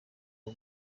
ubu